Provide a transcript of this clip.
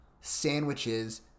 sandwiches